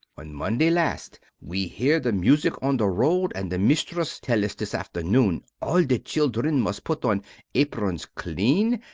on monday last we hear the music on the road and the mistress tell us this afternoon all the children must put on aprons clean,